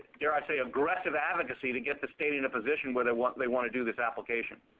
dare i say aggressive advocacy to get the state in a position where they want they want to do this application.